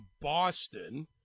Boston